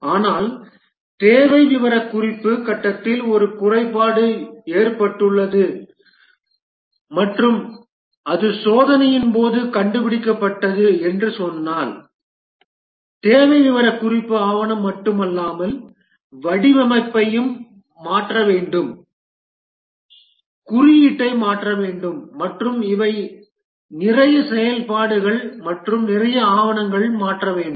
ஆனால் தேவை விவரக்குறிப்பு கட்டத்தில் ஒரு குறைபாடு ஏற்பட்டுள்ளது மற்றும் அது சோதனையின் போது கண்டுபிடிக்கப்பட்டது என்று சொன்னால் தேவை விவரக்குறிப்பு ஆவணம் மட்டுமல்லாமல் வடிவமைப்பை மாற்ற வேண்டும் குறியீட்டை மாற்ற வேண்டும் மற்றும் இவை நிறைய செயல்பாடுகள் மற்றும் நிறைய ஆவணங்கள் மாற வேண்டும்